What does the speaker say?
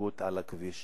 התנהגות על הכביש.